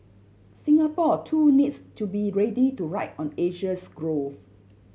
Singapore too needs to be ready to ride on Asia's growth